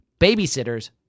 babysitters